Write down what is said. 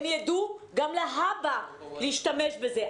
הם יידעו גם להבא להשתמש בזה.